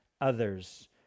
others